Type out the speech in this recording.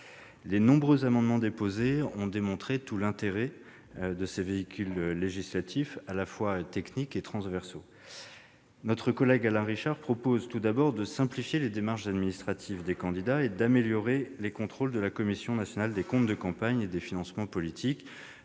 Les nombreux amendements déposés ont démontré tout l'intérêt de ces véhicules législatifs, à la fois techniques et transversaux. Notre collègue Alain Richard propose, tout d'abord, de simplifier les démarches administratives des candidats et d'améliorer les contrôles de la Commission nationale des comptes de campagne et des financements politiques-